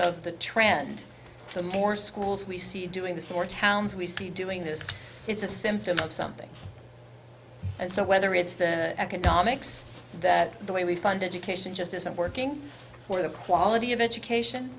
of the trend to more schools we see doing this for towns we see doing this is a symptom of something and so whether it's then economics that the way we fund education just isn't working for the quality of education